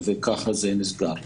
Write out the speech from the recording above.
וככה זה נסגר.